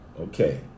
Okay